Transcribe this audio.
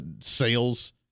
sales